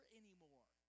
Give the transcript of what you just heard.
anymore